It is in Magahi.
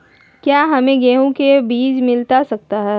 क्या हमे गेंहू के बीज मिलता सकता है?